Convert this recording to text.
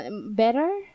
Better